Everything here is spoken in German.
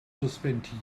suspendiert